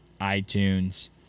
iTunes